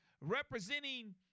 representing